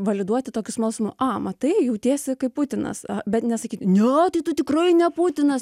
validuoti tokiu smalsumu aaa matai jautiesi kaip putinas bet nesakykit ne tai tu tikrai ne putinas